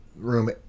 Room